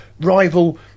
rival